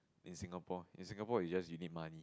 in Singapore in Singapore is just you need money